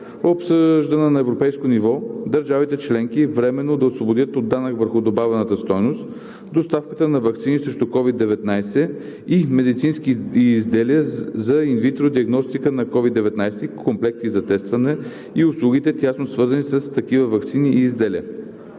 обсъждана на европейско ниво, държавите членки временно да освободят от данък върху добавената стойност доставката на ваксини срещу COVID-19 и медицински изделия за инвитро диагностика на COVID-19 – комплекти за тестване, и услугите, тясно свързани с такива ваксини и изделия.